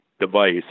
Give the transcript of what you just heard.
Device